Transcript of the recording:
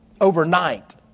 overnight